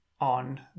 on